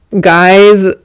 guys